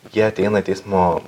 jie ateina į teismo